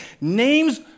Names